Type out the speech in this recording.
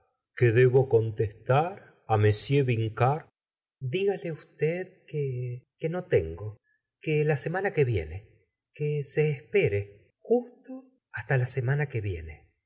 qué debo contestar á m vincart dígale usted que no tengo que la semana que viene que se espere justo hasta la semana que viene